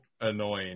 annoying